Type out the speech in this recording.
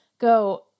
go